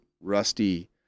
Rusty